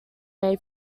may